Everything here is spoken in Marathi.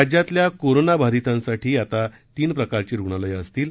राज्यातल्या कोरोनाबाधितांसाठी आता तीन प्रकारची रुग्णालयं असतील